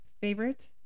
Favorite